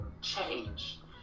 change